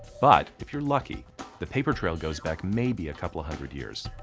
but if you're lucky the paper trail goes back maybe a couple of hundred years.